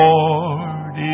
Lord